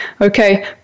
Okay